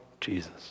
Jesus